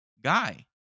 guy